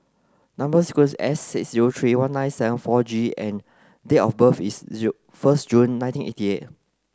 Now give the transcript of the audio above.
number sequence is S six zero three one nine seven four G and date of birth is zero first June nineteen eighty eight